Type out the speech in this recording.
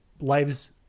lives